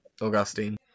Augustine